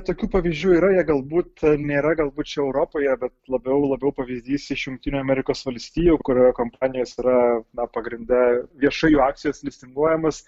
tokių pavyzdžių yra jie galbūt nėra galbūt čia europoje bet labiau labiau pavyzdys iš jungtinių amerikos valstijų kurioje kompanijos yra na pagrinde viešai jų akcijos listinguojamos